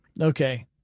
Okay